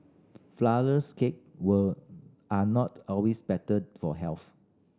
flourless cake were are not always better for health